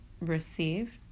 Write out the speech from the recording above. receive